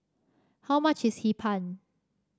how much is Hee Pan